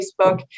Facebook